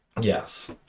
Yes